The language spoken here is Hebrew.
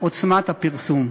עוצמת הפרסום.